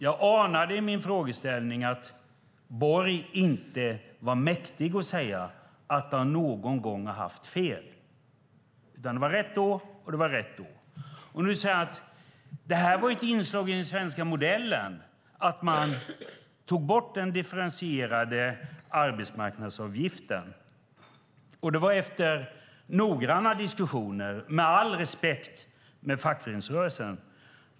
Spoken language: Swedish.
Jag anade i min frågeställning att Borg inte var mäktig att säga att han någon gång har haft fel, utan det var rätt då, och det var rätt då. Nu säger han att det var ett inslag i den svenska modellen att man tog bort den differentierade arbetsmarknadsavgiften, och det var efter noggranna diskussioner - med all respekt - med fackföreningsrörelsen.